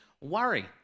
worry